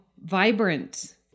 vibrant